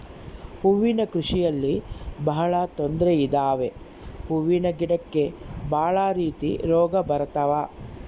ಹೂವಿನ ಕೃಷಿಯಲ್ಲಿ ಬಹಳ ತೊಂದ್ರೆ ಇದಾವೆ ಹೂವಿನ ಗಿಡಕ್ಕೆ ಭಾಳ ರೀತಿ ರೋಗ ಬರತವ